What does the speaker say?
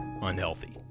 unhealthy